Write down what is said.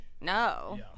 No